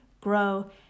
grow